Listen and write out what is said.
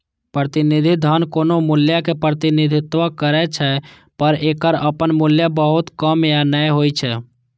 प्रतिनिधि धन कोनो मूल्यक प्रतिनिधित्व करै छै, पर एकर अपन मूल्य बहुत कम या नै होइ छै